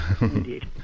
indeed